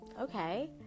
Okay